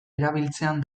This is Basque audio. erabiltzean